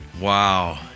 Wow